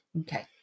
okay